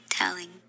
telling